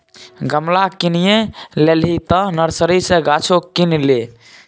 गमला किनिये लेलही तँ नर्सरी सँ गाछो किन ले